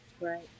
right